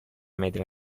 metri